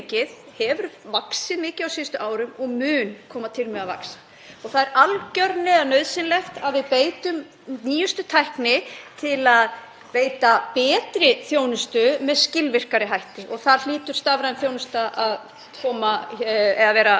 veita betri þjónustu með skilvirkari hætti og þar hlýtur stafræn þjónusta að vera aðalmálið. Ég sé, eins og hæstv. ráðherra fór yfir, að nú er umsókn um ríkisborgararétt, hin hefðbundna leið, orðin rafræn í gegnum island.is